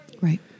Right